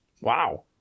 Wow